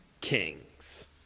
kings